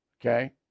Okay